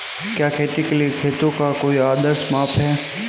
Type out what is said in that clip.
क्या खेती के लिए खेतों का कोई आदर्श माप है?